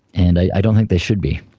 and i don't think they should be,